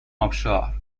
آبشار